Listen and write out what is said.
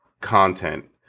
content